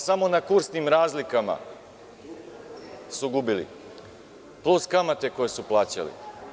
Samo na kursnim razlikama su gubili, plus kamate koje su plaćali.